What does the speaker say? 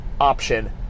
option